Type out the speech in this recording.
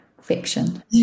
fiction